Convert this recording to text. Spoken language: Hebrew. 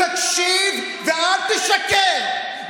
תקשיב ואל תשקר.